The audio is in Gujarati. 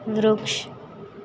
વૃક્ષ